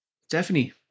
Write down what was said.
Stephanie